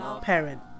parent